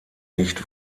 nicht